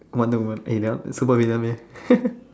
wonder-woman eh that one supervillain meh